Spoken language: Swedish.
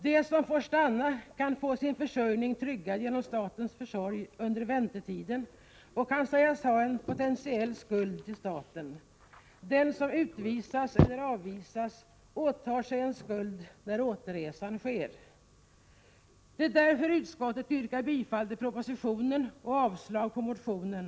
De som får stanna kan få sin försörjning tryggad genom statens försorg under väntetiden och kan sägas ha en potentiell skuld till staten. Den som utvisas eller avvisas ådrar sig en skuld när återresan sker. Det är därför som utskottet yrkar bifall till propositionen och avslag på motionen.